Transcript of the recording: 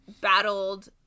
battled